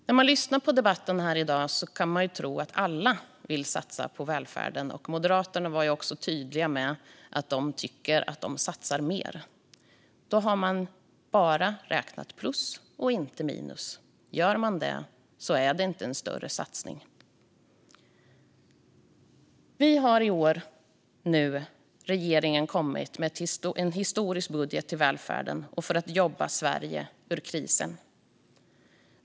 När man lyssnar på den här debatten kan man tro att alla vill satsa på välfärden. Moderaterna var också tydliga med att de tycker att de satsar mer än regeringen gör. Då har man bara räknat plus och inte minus. Gör man det är det inte en större satsning. Regeringen har i år kommit med en historisk budget till välfärden och för att jobba Sverige ur krisen.